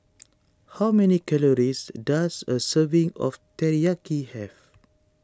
how many calories does a serving of Teriyaki have